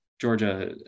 Georgia